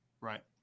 Right